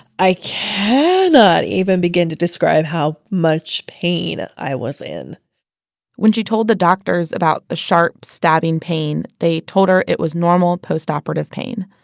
i cannot even begin to describe how much pain i was in when she told the doctors about the sharp stabbing pain they told her it was normal post operative pain.